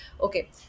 Okay